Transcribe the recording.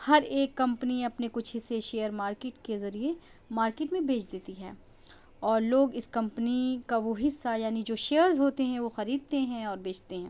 ہر ایک کمپنی اپنے کچھ حصے شیئر مارکیٹ کے ذریعے مارکیٹ میں بیچ دیتی ہے اور لوگ اس کمپنی کا وہ حصہ یعنی جو شیئرز ہوتے ہیں وہ خریدتے ہیں اور بیچتے ہیں